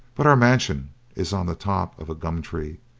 but our mansion is on the top of a gum tree.